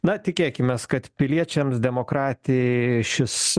na tikėkimės kad piliečiams demokratijai šis